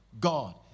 God